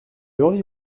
henri